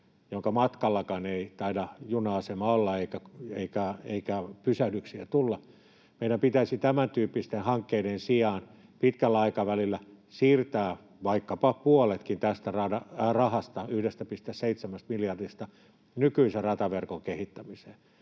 jonka matkalla ei taida juna-asemaakaan olla eikä pysähdyksiä tulla, tämäntyyppisten hankkeiden sijaan pitkällä aikavälillä siirtää vaikkapa puoletkin tästä rahasta, 1,7 miljardista, nykyisen rataverkon kehittämiseen,